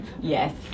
Yes